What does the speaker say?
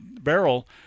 barrel